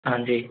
हाँ जी